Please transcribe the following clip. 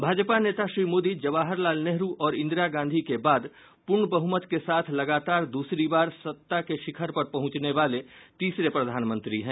भाजपा नेता श्री मोदी जवाहर लाल नेहरू और इंदिरा गांधी के बाद पूर्ण बहुमत के साथ लगातार द्रसरी बार सत्ता के शिखर पर पहुंचने वाले तीसरे प्रधानमंत्री हैं